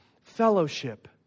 fellowship